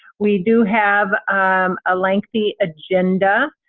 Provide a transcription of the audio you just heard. we do have um a lengthy agenda